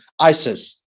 ISIS